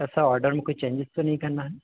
तब sir order में कोई चेन्जेज तो नहीं करना है